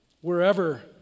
wherever